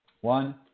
One